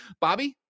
Bobby